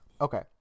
okay